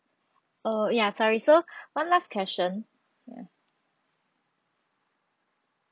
err ya sorry so one last question